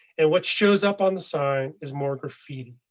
and what shows up on the sign is more graffiti.